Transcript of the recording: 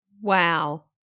Wow